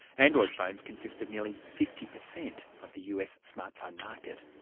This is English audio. android phones consist of nearly fifty per cent of the us smartphone market.